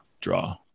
draw